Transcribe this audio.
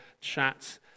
chat